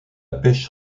pêche